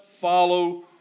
follow